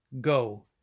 Go